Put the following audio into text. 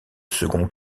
second